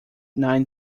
nine